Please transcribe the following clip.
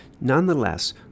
nonetheless